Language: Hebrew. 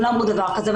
הן לא אמרו דבר כזה,